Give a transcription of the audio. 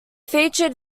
featured